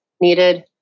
needed